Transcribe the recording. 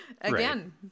Again